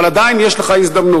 אבל עדיין יש לך הזדמנות.